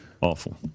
Awful